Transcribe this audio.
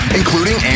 including